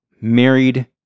married